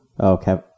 okay